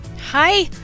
Hi